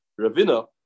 Ravina